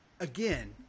Again